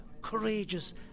courageous